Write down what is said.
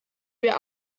wir